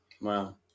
Wow